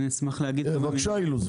בבקשה, אילוז.